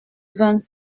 vingt